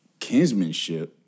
kinsmanship